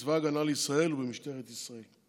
בצבא ההגנה לישראל ובמשטרת ישראל.